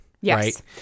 Yes